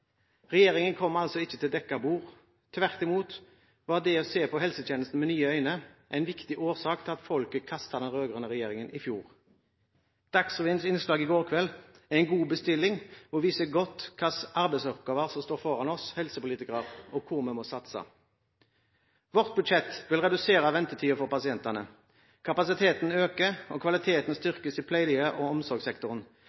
Regjeringen kom ikke til dekket bord. Tvert imot var det å se på helsetjenesten med nye øyne en viktig årsak til at folket kastet den rød-grønne regjeringen i fjor. Dagsrevyens innslag i går kveld var en god bestilling og viste godt hvilke arbeidsoppgaver som står foran oss helsepolitikere, og hvor vi må satse. Vårt budsjett vil redusere ventetiden for pasientene. Kapasiteten øker, og kvaliteten